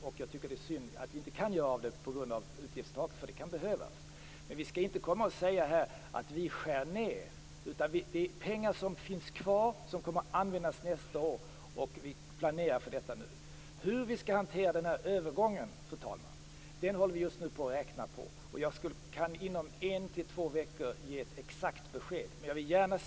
Jag tycker att det är synd att vi inte kan göra av med det på grund av utgiftstaket, eftersom det kan behövas. Men vi skall inte komma här och säga att vi skär ned. Det är pengar som finns kvar och som kommer att användas nästa år, och nu planerar vi för detta. Fru talman! Hur vi skall hantera den här övergången håller vi just nu på och räknar på. Inom entvå veckor kan jag ge ett exakt besked om detta.